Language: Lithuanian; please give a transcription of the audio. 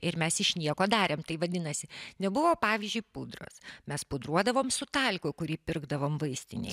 ir mes iš nieko darėm tai vadinasi nebuvo pavyzdžiui pudros mes pudruodavom su talku kurį pirkdavom vaistinėje